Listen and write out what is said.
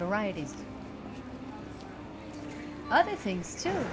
varieties other things to